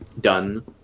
done